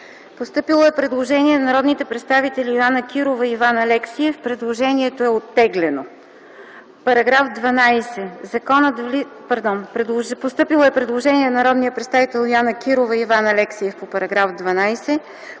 Постъпило е предложение от народните представители Йоана Кирова и Иван Алексиев. Предложението е оттеглено. Постъпило е предложение от народните представители Йоана Кирова и Иван Алексиев по § 12.